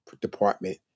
department